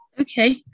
Okay